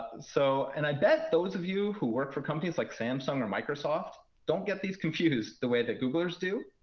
so and i bet those of you who work for companies like samsung or microsoft don't get these confused the way that googlers do.